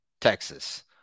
Texas